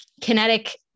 kinetic